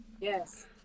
Yes